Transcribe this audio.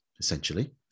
essentially